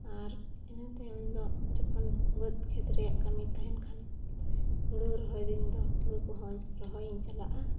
ᱟᱨ ᱤᱱᱟᱹ ᱛᱟᱭᱚᱢ ᱫᱚ ᱡᱚᱠᱷᱚᱱ ᱵᱟᱹᱫᱽ ᱠᱷᱮᱛ ᱨᱮᱭᱟᱜ ᱠᱟᱹᱢᱤ ᱛᱟᱦᱮᱱ ᱠᱷᱟᱱ ᱦᱩᱲᱩ ᱨᱚᱦᱚᱭ ᱫᱤᱱ ᱫᱚ ᱦᱩᱲᱩ ᱠᱚᱦᱚᱸᱧ ᱨᱚᱦᱚᱭ ᱤᱧ ᱪᱟᱞᱟᱜᱼᱟ